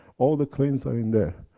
all the claims are in there.